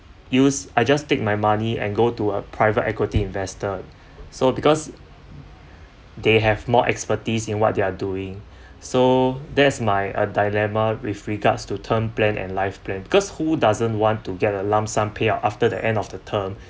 use I just take my money and go to a private equity investor so because they have more expertise in what they are doing so that's my a dilemma with regards to term plan and life plan because who doesn't want to get a lump sum payout after the end of the term